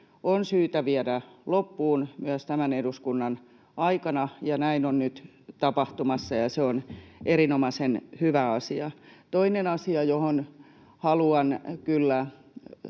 on syytä myös viedä loppuun tämän eduskunnan aikana, ja näin on nyt tapahtumassa, ja se on erinomaisen hyvä asia. Toinen asia, josta haluan kyllä